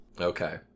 Okay